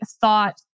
thought